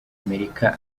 amerika